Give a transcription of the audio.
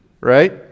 Right